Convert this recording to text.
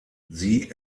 sie